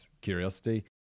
curiosity